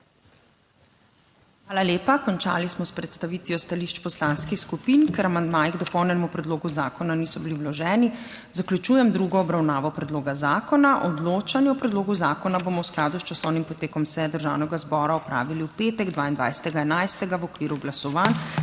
Hvala lepa. Končali smo s predstavitvijo stališč poslanskih skupin in ker amandmaji k dopolnjenemu predlogu zakona niso bili vloženi, zaključujem drugo obravnavo predloga zakona. Odločanje bomo v skladu s časovnim potekom seje Državnega zbora opravili v petek 22. 11. v okviru glasovanj